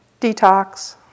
detox